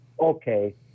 okay